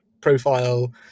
profile